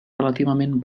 relativament